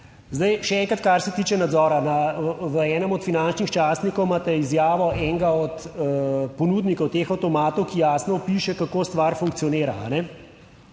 Zdaj, še enkrat, kar se tiče nadzora, v enem od finančnih častnikov imate izjavo enega od ponudnikov teh avtomatov, ki jasno piše, kako stvar funkcionira,